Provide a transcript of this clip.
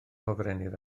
hofrennydd